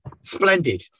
Splendid